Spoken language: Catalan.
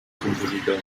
compositor